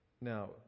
Now